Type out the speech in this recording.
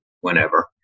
whenever